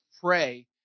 pray